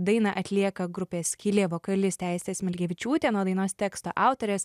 dainą atlieka grupės skylė vokalistė aistė smilgevičiūtė nu o dainos teksto autorės